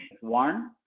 One